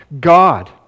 God